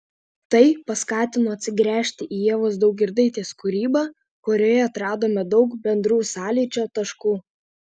tai paskatino atsigręžti į ievos daugirdaitės kūrybą kurioje atradome daug bendrų sąlyčio taškų